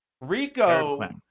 Rico